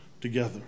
together